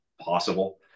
possible